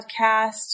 podcast